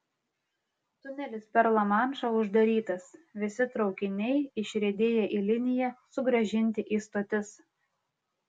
tunelis per lamanšą uždarytas visi traukiniai išriedėję į liniją sugrąžinti į stotis